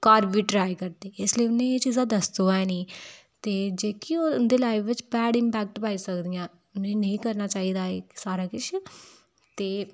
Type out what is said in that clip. घर बी ट्राई करदे इस लेई एह् चीज़ां उ'नें ई दस्सो ऐ निं ते जेह्की ओह् उं'दी लाईफ बिच भैड़े इम्पैक्ट पाई सकदियां उ'नें ई नेईं करना चाहिदा एह् सारा किश ते